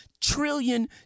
trillion